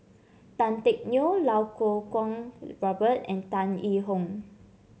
Tan Teck Neo Iau Kuo Kwong and Tan Yee Hong